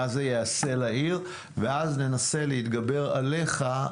מה זה יעשה לעיר ואז ננסה להתגבר עליך,